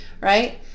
right